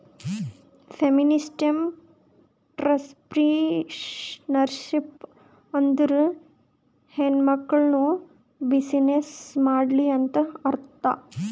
feminist entrepreneurship ಅಂದುರ್ ಹೆಣ್ಮಕುಳ್ನೂ business ಮಾಡ್ಲಿ ಅಂತ್ ಅರ್ಥಾ